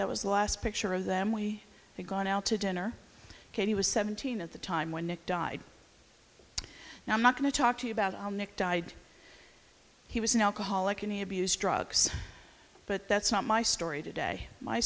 that was the last picture of them we had gone out to dinner when he was seventeen at the time when nick died now i'm not going to talk to you about nick died he was an alcoholic any abused drugs but that's not my story today my